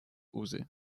узы